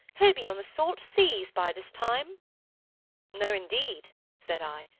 he'll be on the salt seas by this time no, indeed said i,